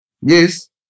Yes